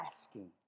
asking